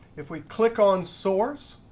if we click on source,